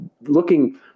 looking